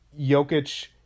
Jokic